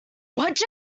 watch